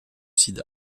sida